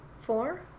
four